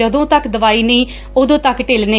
ਜਦੋਂ ਤੱਕ ਦਵਾਈ ਨਹੀਂ ਉਦੋਂ ਤੱਕ ਢਿੱਲ ਨਹੀਂ